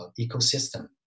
ecosystem